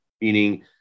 meaning